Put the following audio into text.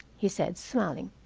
he said smiling.